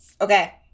okay